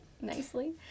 nicely